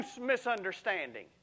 misunderstanding